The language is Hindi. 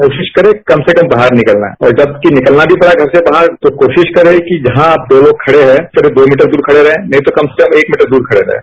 कोशिश करे कम से कम बाहर निकलना और जबकि निकलना भी पडा घर से बाहर तो कोशिश करें कि जहां आप दो लोग खड़े हैं करीब दो मीटर दूर खड़ें रहें नहीं तो कम से कम एक मीटर दूर खड़े रहें